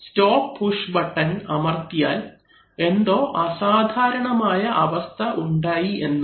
stop push button അമർത്തിയാൽ എന്തോ അസാധാരണമായ അവസ്ഥ ഉണ്ടായി എന്നാണ്